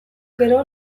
gero